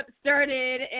started